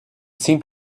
seemed